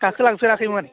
गाखोलांफेराखैमोन